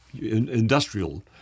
industrial